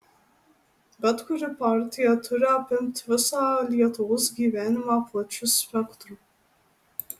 bet kuri partija turi apimt visą lietuvos gyvenimą plačiu spektru